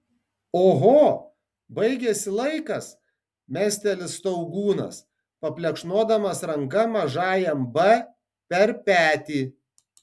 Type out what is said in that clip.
oho baigėsi laikas mesteli staugūnas paplekšnodamas ranka mažajam b per petį